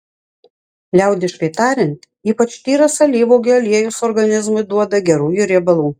liaudiškai tariant ypač tyras alyvuogių aliejus organizmui duoda gerųjų riebalų